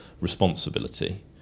responsibility